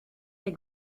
ses